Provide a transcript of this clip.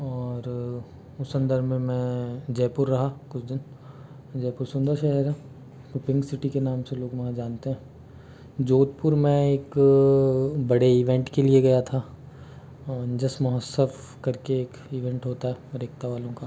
और उस संदर्भ में मैं जयपुर रहा कुछ दिन जयपुर सुंदर शहर है यह पिंक सिटी के नाम से लोग वहाँ जानते हैं जोधपुर मैं एक बड़े इवेंट के लिए गया था जश्न महोत्सव करके एक इवेंट होता है रेख़्ता वालों का